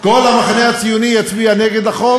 כל המחנה הציוני יצביע נגד החוק?